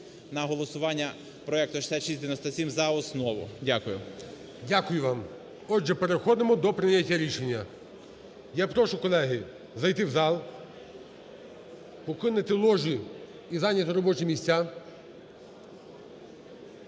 на голосування проект 6697 за основу. Дякую. ГОЛОВУЮЧИЙ. Дякую вам. Отже, переходимо до прийняття рішення. Я прошу, колеги, зайти в зал, покинути ложі і зайняти робочі місця.